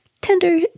tender